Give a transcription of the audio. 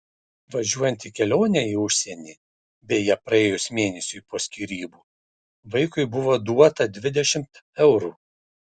važiuojant į kelionę į užsienį beje praėjus mėnesiui po skyrybų vaikui buvo duota dvidešimt eurų